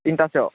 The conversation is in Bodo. तिनथा सोआव